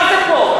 מה זה הדבר הזה?